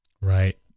Right